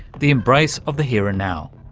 the embrace of the here and now.